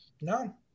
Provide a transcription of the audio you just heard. No